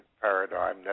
paradigm